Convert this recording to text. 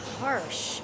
harsh